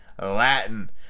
Latin